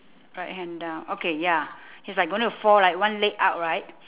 right hand down okay ya he's like going to fall right one leg out right